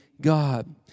God